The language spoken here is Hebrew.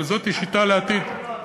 אבל זאת שיטה לעתיד.